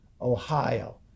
Ohio